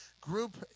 group